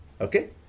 okay